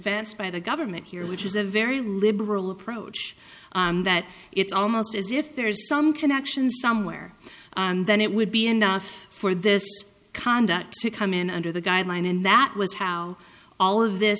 d by the government here which is a very liberal approach that it's almost as if there is some connection somewhere and then it would be enough for this conduct to come in under the guideline and that was how all of this